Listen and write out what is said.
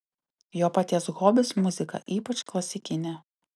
jo paties hobis muzika ypač klasikinė